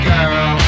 Girl